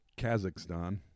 Kazakhstan